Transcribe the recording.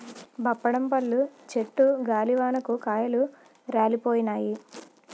బప్పడం పళ్ళు చెట్టు గాలివానకు కాయలు రాలిపోయినాయి